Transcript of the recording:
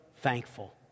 thankful